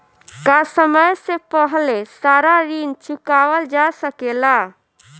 का समय से पहले सारा ऋण चुकावल जा सकेला?